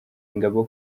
ingabo